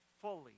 fully